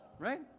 Right